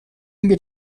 mir